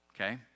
Okay